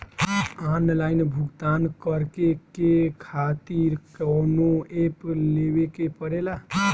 Online भुगतान करके के खातिर कौनो ऐप लेवेके पड़ेला?